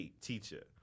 teacher